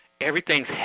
everything's